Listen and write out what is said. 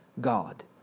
God